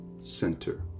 center